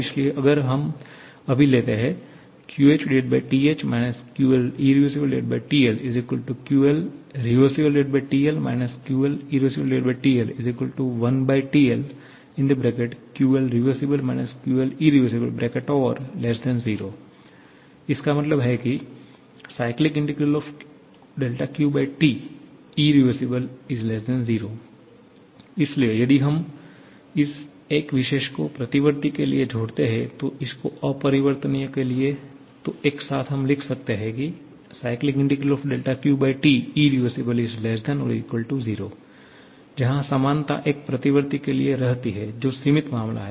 इसलिए अगर हम अभी लेते हैं QHTH QLirrTLQLrevTL QLirrTL1TLQLrev QLirr0 इसका मतलब है की QT irr0 इसलिए यदि हम इस एक विशेष को प्रतिवर्ती के लिए जोड़ते हैं और इस को अपरिवर्तनीय के लिए तो एक साथ हम लिख सकते हैं की QT irr0 जहां समानता एक प्रतिवर्ती के लिए रहती है जो सीमित मामला है